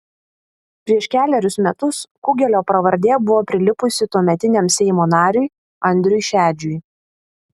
prieš kelerius metus kugelio pravardė buvo prilipusi tuometiniam seimo nariui andriui šedžiui